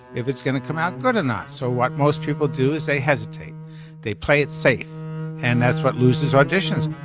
if it's going to come out good enough. so what most people do is they hesitate they play it safe and that's what lose this auditions.